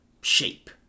shape